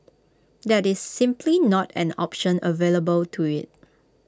that is simply not an option available to IT